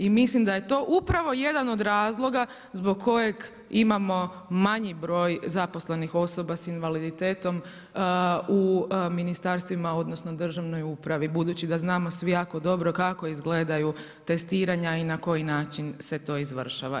I mislim da je to upravo jedan od razloga zbog kojeg imamo manji broj zaposlenih osoba sa invaliditetom u ministarstvima, odnosno državnoj upravi, budući da znamo svi jako dobro kako izgledaju testiranja i na koji način se to izvršava.